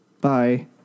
Bye